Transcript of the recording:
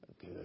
Good